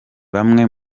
bamwe